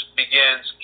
begins